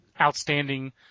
outstanding